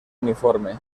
uniforme